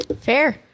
Fair